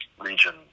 region